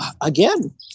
again